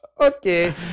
Okay